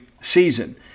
season